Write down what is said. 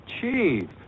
Chief